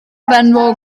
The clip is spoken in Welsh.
benfro